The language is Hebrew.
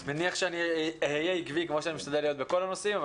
אני מניח שאני אהיה עקבי כמו שאני משתדל להיות בכל הנושאים.